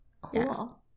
Cool